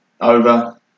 over